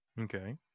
Okay